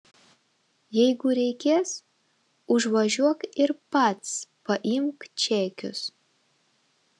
jeigu reikės užvažiuok ir pats paimk čekius